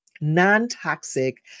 non-toxic